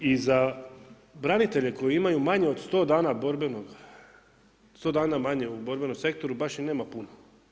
I za branitelje koji imaju manje od 100 dana borbenog, 100 dana manje u borbenom sektoru baš i nema puno.